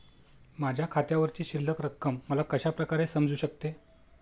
माझ्या खात्यावरची शिल्लक रक्कम मला कशा प्रकारे समजू शकते?